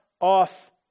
off